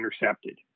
intercepted